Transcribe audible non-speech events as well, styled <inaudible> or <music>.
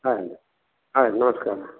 <unintelligible> ಆಯ್ತು ನಮಸ್ಕಾರ